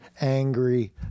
angry